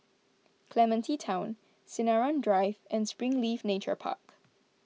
Clementi Town Sinaran Drive and Springleaf Nature Park